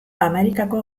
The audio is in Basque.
amerikako